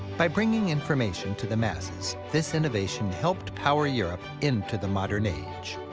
by bringing information to the masses, this innovation helped power europe into the modern age.